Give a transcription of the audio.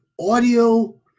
audio